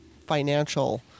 financial